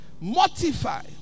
mortify